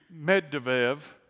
Medvedev